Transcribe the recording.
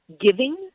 giving